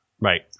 Right